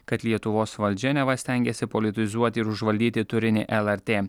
kad lietuvos valdžia neva stengiasi politizuoti ir užvaldyti turinį lrt